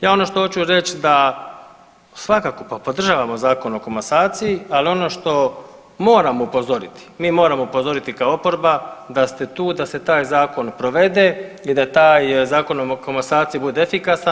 Ja ono što oću reć da svakako pa podržavamo Zakon o komasaciji, ali ono što moram upozoriti, mi moramo upozoriti kao oporba da ste tu da se taj zakon provede i da taj Zakon o komasaciji bude efikasan.